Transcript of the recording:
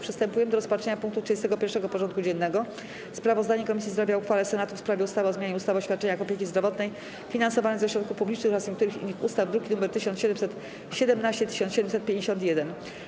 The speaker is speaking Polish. Przystępujemy do rozpatrzenia punktu 31. porządku dziennego: Sprawozdanie Komisji Zdrowia o uchwale Senatu w sprawie ustawy o zmianie ustawy o świadczeniach opieki zdrowotnej finansowanych ze środków publicznych oraz niektórych innych ustaw (druki nr 1717 i 1751)